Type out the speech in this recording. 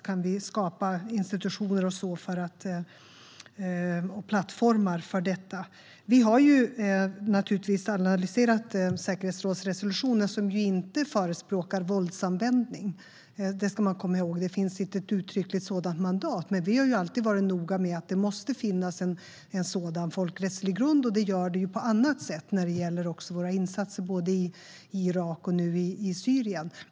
Kan vi skapa institutioner och plattformar för detta? Vi har naturligtvis analyserat säkerhetsrådsresolutionen, som ju inte förespråkar våldsanvändning. Man ska komma ihåg det. Det finns inte uttryckligt ett sådant mandat, men vi har alltid varit noga med att det måste finnas en sådan folkrättslig grund, och det gör det på annat sätt, när det gäller våra insatser både i Irak och i Syrien.